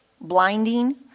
blinding